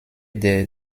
der